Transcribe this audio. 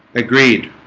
agreed